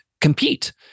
compete